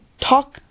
talk